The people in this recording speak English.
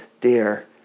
dear